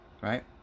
right